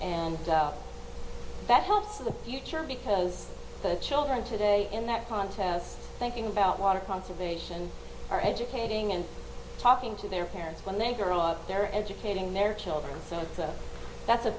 and that helps in the future because the children today in that contest thinking about water conservation are educating and talking to their parents when they grow up their educating their children so that's a